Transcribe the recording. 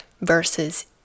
Versus